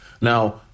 now